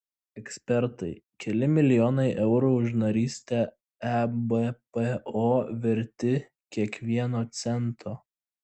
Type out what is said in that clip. ekspertai keli milijonai eurų už narystę ebpo verti kiekvieno cento